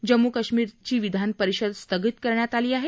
जम्मू काश्मीरचं विधान परिषद स्थगित करण्यात आलं आहे